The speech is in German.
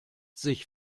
sich